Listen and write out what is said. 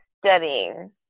studying